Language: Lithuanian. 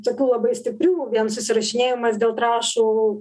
tokių labai stiprių vien susirašinėjimas dėl trąšų